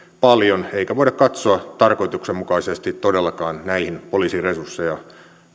paljon eikä voida katsoa tarkoituksenmukaiseksi todellakaan näihin poliisin resursseja